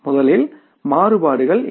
முதலில் மாறுபாடுகள் இருக்கும்